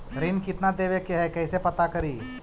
ऋण कितना देवे के है कैसे पता करी?